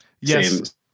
Yes